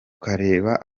ukareba